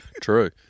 True